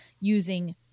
using